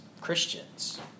Christians